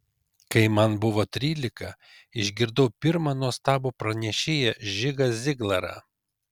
kai man buvo trylika išgirdau pirmą nuostabų pranešėją žigą ziglarą